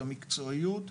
את המקצועיות,